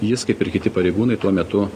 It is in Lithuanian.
jis kaip ir kiti pareigūnai tuo metu